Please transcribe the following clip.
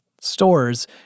stores